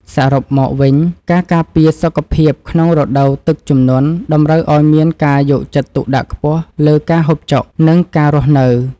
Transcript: សរុបមកវិញការការពារសុខភាពក្នុងរដូវទឹកជំនន់តម្រូវឱ្យមានការយកចិត្តទុកដាក់ខ្ពស់លើការហូបចុក និងការរស់នៅ។